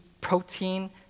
protein